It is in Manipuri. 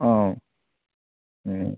ꯑꯧ ꯎꯝ